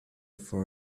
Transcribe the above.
for